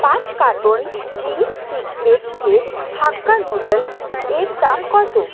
পাঁচ carton Ching's secret veg hakka নুডুলসের দাম কতো